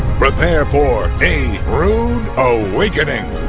prepare for a rood awakening.